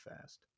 fast